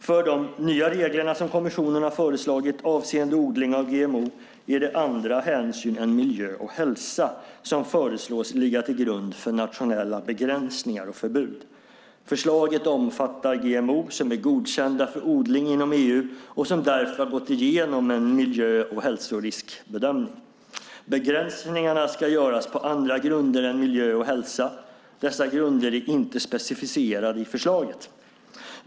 För de nya reglerna som kommissionen har föreslagit avseende odling av GMO är det andra hänsyn än miljö och hälsa som föreslås ligga till grund för nationella begränsningar och förbud. Förslaget omfattar GMO som är godkända för odling inom EU och som därför har gått igenom en miljö och hälsoriskbedömning. Begränsningarna ska göras på andra grunder än miljö och hälsa. Dessa grunder är inte specificerade i förslaget.